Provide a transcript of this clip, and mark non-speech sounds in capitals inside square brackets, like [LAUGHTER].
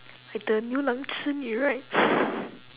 like the 牛郎织女 right [LAUGHS]